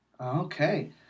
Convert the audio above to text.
Okay